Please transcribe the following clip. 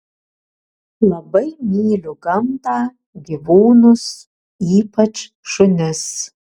labai myliu gamtą gyvūnus ypač šunis